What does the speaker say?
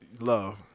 love